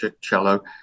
cello